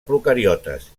procariotes